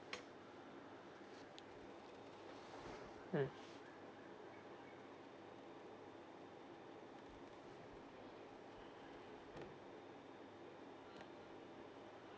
mm